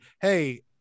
Hey